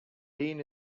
dean